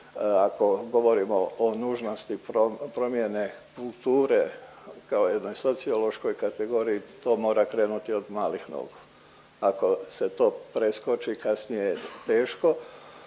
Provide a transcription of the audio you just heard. ako govorimo o nužnosti promjene kulture kao jednoj sociološkoj kategoriji to mora krenuti od malih nogu, ako se to preskoči kasnije je teško